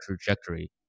trajectory